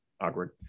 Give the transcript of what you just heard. Awkward